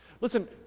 Listen